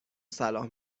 صلاح